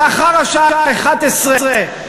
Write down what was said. לאחר השעה 11:00,